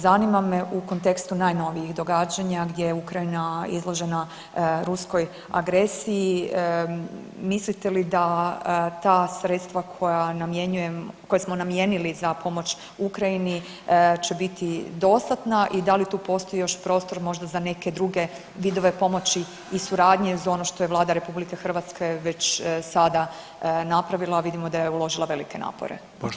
Zanima me u kontekstu najnovijih događanja gdje je Ukrajina izložena ruskoj agresiji, mislite li da ta sredstva koja namjenjujemo, koja smo namijenili za pomoć Ukrajini će biti dostatna i da li tu postoji još prostor možda za neke druge vidove pomoći i suradnje uz ono što je Vlada RH već sada napravila, a vidimo da je uložila velike napore.